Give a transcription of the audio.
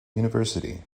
university